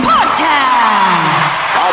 Podcast